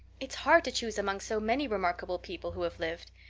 it's hard to choose among so many remarkable people who have lived.